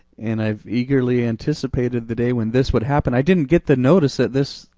and i've eagerly anticipated the day when this would happen. i didn't get the notice that this,